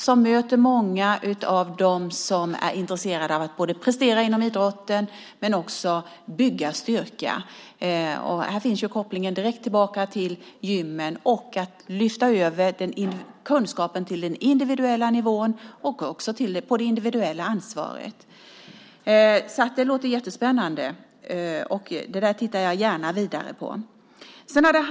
De möter många av dem som är intresserade av att både prestera inom idrotten men också bygga styrka. Här finns kopplingen direkt tillbaka till gymmen, att lyfta över kunskapen till den individuella nivån och att ta ett individuellt ansvar. Det låter spännande, och jag tittar gärna vidare på det.